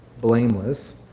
blameless